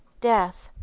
death.